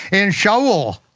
and shaul,